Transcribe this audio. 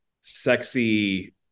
sexy